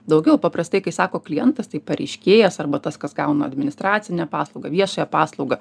daugiau paprastai kai sako klientas tai pareiškėjas arba tas kas gauna administracinę paslaugą viešąją paslaugą